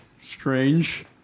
strange